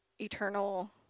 eternal